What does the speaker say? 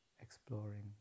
exploring